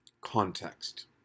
context